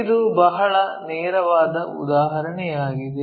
ಇದು ಬಹಳ ನೇರವಾದ ಉದಾಹರಣೆಯಾಗಿದೆ